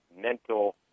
mental